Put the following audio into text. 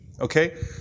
Okay